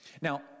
Now